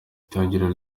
itangiriro